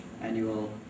annual